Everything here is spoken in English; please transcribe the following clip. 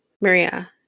Maria